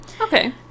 Okay